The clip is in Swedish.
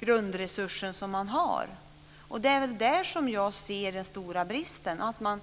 grundresurs som finns. Det är där som jag ser den stora bristen.